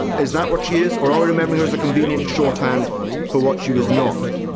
is that what she is, or are we remembering her as a convenient shorthand for what she was not?